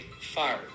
fire